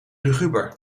luguber